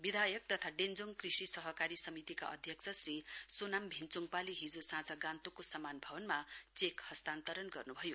विधायक तथा डेश्वोङ कृषि सहकारी समितिका अध्यक्ष श्री सोनाम भेन्चोङपाले हिजो साँझ गान्तोकको सम्मान भवनमा चेक हस्तान्तरण गर्नुभयो